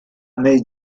nei